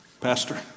Pastor